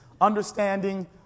Understanding